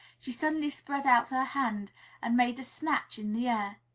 she suddenly spread out her hand and made a snatch in the air.